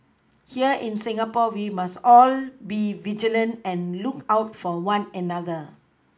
here in Singapore we must all be vigilant and look out for one another